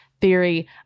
theory